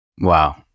Wow